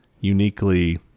uniquely